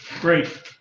Great